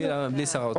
בלי שר האוצר.